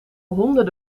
honden